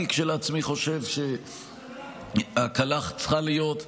אני כשלעצמי חושב שהקלה צריכה להיות,